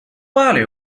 value